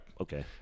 Okay